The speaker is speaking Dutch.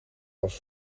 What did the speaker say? was